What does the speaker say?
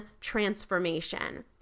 transformation